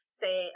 say